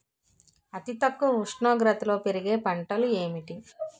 అతి తక్కువ ఉష్ణోగ్రతలో పెరిగే పంటలు ఏంటి?